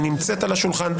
היא נמצאת על השולחן.